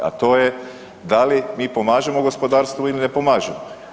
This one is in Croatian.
A to je da li mi pomažemo gospodarstvu ili ne pomažemo?